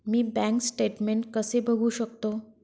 मी bank statement कसे बघू शकतो?